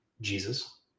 Jesus